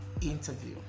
interview